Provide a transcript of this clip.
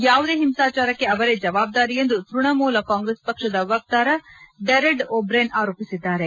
ಯಾವುದೇ ಹಿಂಸಾಚಾರಕ್ಕೆ ಅವರೇ ಜವಾಬ್ದಾರಿ ಎಂದು ತ್ಪಣಮೂಲ ಕಾಂಗ್ರೆಸ್ ಪಕ್ಷದ ವಕ್ತಾರ ಡೆರೆಕ್ ಒಬ್ರೇನ್ ಆರೋಪಿಸಿದ್ದಾರೆ